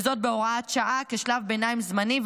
וזאת בהוראת שעה כשלב ביניים זמני,